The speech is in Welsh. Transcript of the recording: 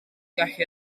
gallu